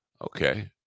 Okay